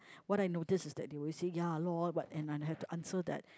what I notice is that they always say ya lor but and I'll have to answer that